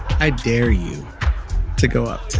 i dare you to go up